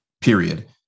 period